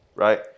Right